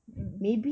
mmhmm